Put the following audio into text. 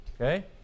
Okay